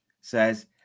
says